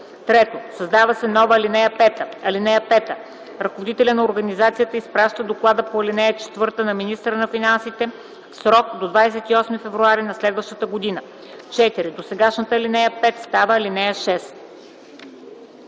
3. Създава се нова ал. 5: „(5) Ръководителят на организацията изпраща доклада по ал. 4 на министъра на финансите в срок до 28 февруари на следващата година”. 4. Досегашната ал. 5 става ал. 6.”